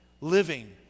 living